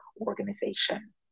organization